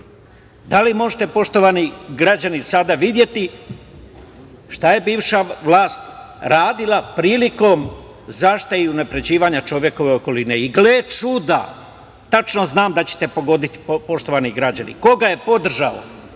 li možete, poštovani građani, sada videti šta je bivša vlast radila prilikom zaštite i unapređivanja čovekove okoline? I gle čuda, tačno znam da ćete pogoditi, poštovani građani, ko ga je podržao?